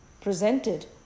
presented